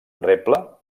reble